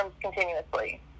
continuously